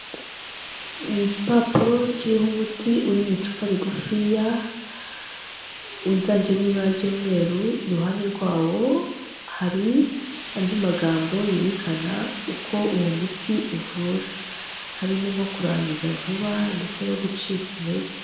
Ni igipapuro kiriho umuti uri mu icupa rigufiya wiganjemo ibara ry'umweru, iruhande rwawo hari andi magambo yerekana uko uwo muti uvura, harimo nko kurangiza vuba ndetse no gucika intege.